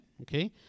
okay